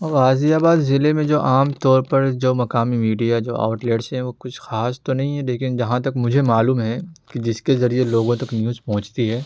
غازی آباد ضلع میں جو عام طور پر جو مقامی میڈیا جو آؤٹلیٹس سے ہیں کچھ خاص تو نہیں ہے لیکن جہاں تک مجھے معلوم ہے کہ جس کے ذریعے لوگوں تک نیوز پہنچتی ہے